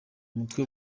mutwe